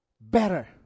better